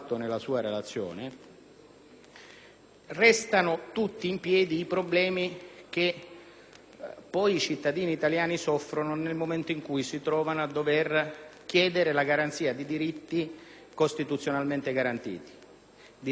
restino tutti in piedi i problemi che i cittadini italiani soffrono nel momento in cui si trovano a dover chiedere l'attuazione di diritti costituzionalmente garantiti. Mi riferisco ai diritti che attengono non solo